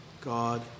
God